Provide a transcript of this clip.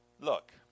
look